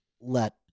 let